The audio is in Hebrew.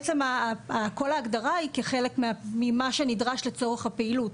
עצם כל ההגדרה היא כחלק ממה שנדרש לצורך הפעילות.